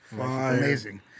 Amazing